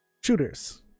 Shooters